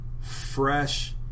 fresh